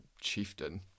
chieftain